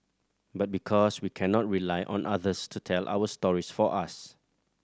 but because we cannot rely on others to tell our stories for us